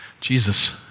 Jesus